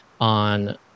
on